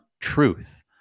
truth